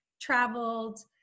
traveled